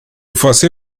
você